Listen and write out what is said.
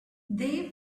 they